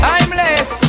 Timeless